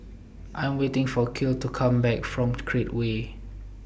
I Am waiting For Kiel to Come Back from Create Way